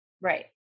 Right